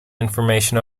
information